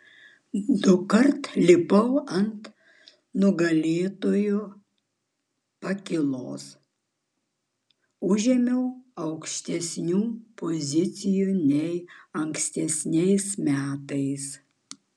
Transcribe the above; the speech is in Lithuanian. dukart lipau ant nugalėtojų pakylos užėmiau aukštesnių pozicijų nei ankstesniais metais